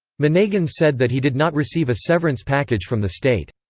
monegan said that he did not receive a severance package from the state.